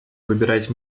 выбирать